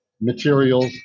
materials